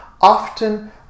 often